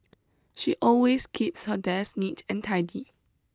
she always keeps her desk neat and tidy